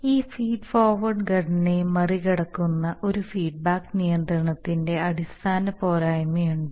ഈ feed forward ഘടനയെ മറികടക്കുന്ന ഒരു ഫീഡ്ബാക്ക് നിയന്ത്രണത്തിന്റെ അടിസ്ഥാന പോരായ്മയുണ്ട്